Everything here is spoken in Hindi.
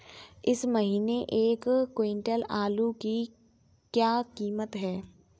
इस महीने एक क्विंटल आलू की क्या कीमत है?